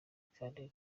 kandi